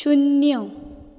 शुन्य